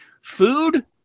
food